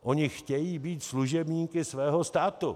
Oni chtějí být služebníky svého státu.